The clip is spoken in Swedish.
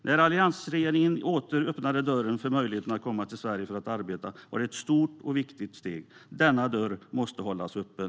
När alliansregeringen åter öppnade dörren för möjligheten att komma till Sverige för att arbeta var det ett stort och viktigt steg. Denna dörr måste hållas öppen.